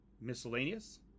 miscellaneous